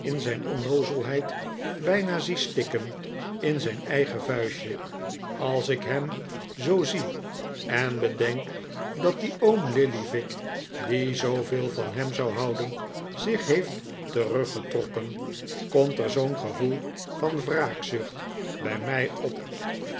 in zijn onnoozelheid bijna zie stikken in zijn eigen vuistje als ik hem zoo zie en bedenk dat die oom lillyvick die zooveel van hem zou houden zich heeft teruggetrokken komt er zoo'n gevoel van wraakzucht bij mij op